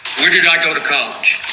where did i go to college?